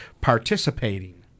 participating